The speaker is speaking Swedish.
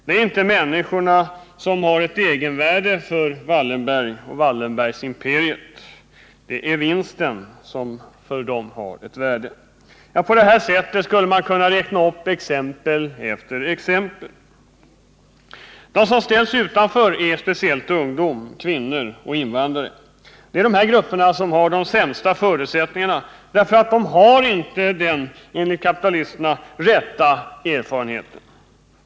Det är inte människorna som har ett egenvärde för Wallenberg och Wallenbergimperiet, det är vinsten som för dem har ett värde. På detta sätt skulle man kunna räkna upp exempel efter exempel. De som ställs utanför är speciellt ungdom, kvinnor och invandrare. Det är dessa grupper som har de sämsta förutsättningarna därför att de inte har den — enligt kapitalisterna — rätta erfarenheten.